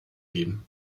geben